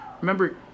Remember